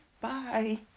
Bye